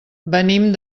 venim